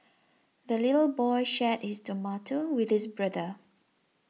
the little boy shared his tomato with his brother